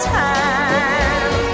time